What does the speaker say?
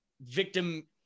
victim